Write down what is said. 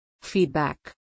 Feedback